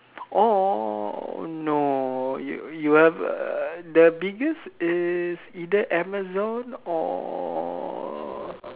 or no you you err the biggest is either Amazon or